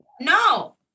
No